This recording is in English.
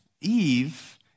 Eve